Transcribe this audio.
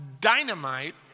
dynamite